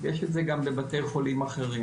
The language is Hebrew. יש את זה גם בבתי חולים אחרים.